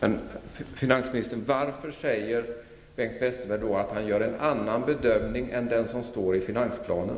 Herr talman! Men finansministern, varför säger Bengt Westerberg då att han gör en annan bedömning än den som står i finansplanen?